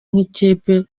nk’ikipe